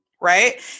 right